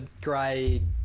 grade